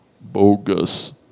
bogus